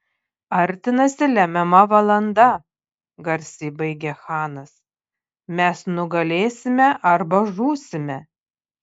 artinasi lemiama valanda garsiai baigė chanas mes nugalėsime arba žūsime